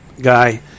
guy